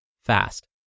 fast